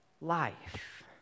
life